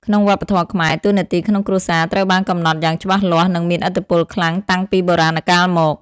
ក្នុងវប្បធម៌ខ្មែរ តួនាទីក្នុងគ្រួសារត្រូវបានកំណត់យ៉ាងច្បាស់លាស់ និងមានឥទ្ធិពលខ្លាំងតាំងពីបុរាណកាលមក។